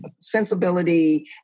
sensibility